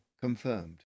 confirmed